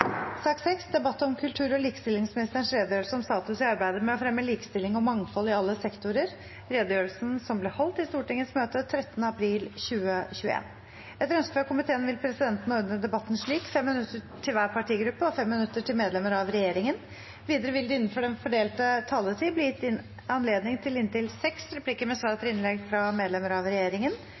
sak nr. 5. Etter ønske fra familie- og kulturkomiteen vil presidenten ordne debatten slik: 5 minutter til hver partigruppe og 5 minutter til medlemmer av regjeringen. Videre vil det – innenfor den fordelte taletid – bli gitt anledning til inntil seks replikker med svar etter innlegg fra medlemmer av regjeringen,